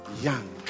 young